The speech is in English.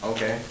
Okay